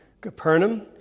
Capernaum